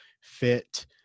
fit